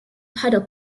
pedal